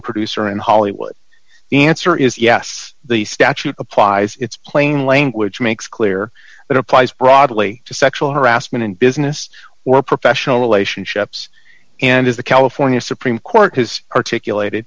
producer in hollywood the answer is yes the statute applies its plain language makes clear it applies broadly to sexual harassment in business or professional relationships and is the california supreme court has articulated